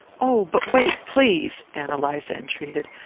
oh, but wait, please, ann eliza entreated.